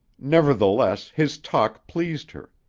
nevertheless, his talk pleased her.